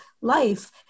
life